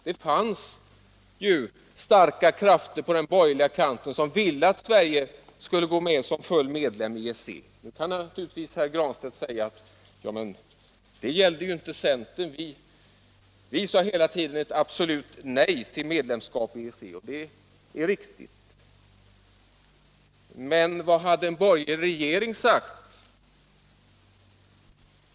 Det fanns ju starka krafter på den borgerliga kanten som ville att Sverige skulle gå med som full medlem i EEC. Herr Granstedt kan naturligtvis säga: Det gällde inte centern — vi sade hela tiden ett absolut nej till medlemskap i EEC. Det är riktigt, men vad hade en borgerlig regering sagt?